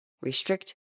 Restrict